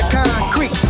Concrete